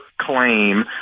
claim